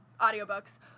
audiobooks